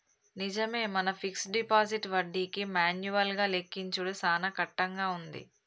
నిజమే మన fixed deposit వడ్డీకి మాన్యువల్ గా లెక్కించుడు సాన కట్టంగా ఉంది